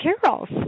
Carol's